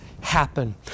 happen